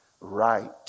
right